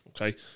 okay